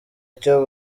icyo